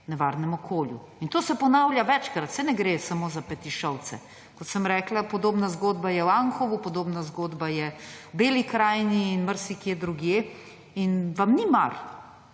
nevarnem okolju. In to se ponavlja večkrat, saj ne gre samo za Petišovce. Kot sem rekla, podobna zgodba je v Anhovem, podobna zgodba je v Beli krajini in marsikje drugje in vam ni mar.